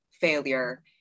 failure